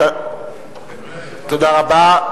תודה רבה.